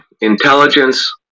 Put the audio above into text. intelligence